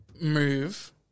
move